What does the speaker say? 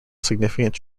significant